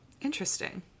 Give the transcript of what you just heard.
interesting